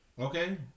Okay